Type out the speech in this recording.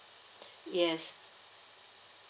yes